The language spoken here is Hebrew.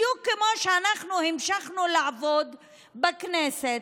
בדיוק כמו שאנחנו המשכנו לעבוד בכנסת,